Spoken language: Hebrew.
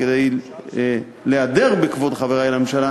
כדי להדר בכבוד חברי לממשלה,